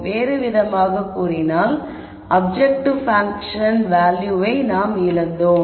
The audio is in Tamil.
வேறுவிதமாகக் கூறினால் அப்ஜெக்டிவ் பங்க்ஷன் வேல்யூவை இழந்தோம்